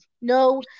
no